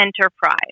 enterprise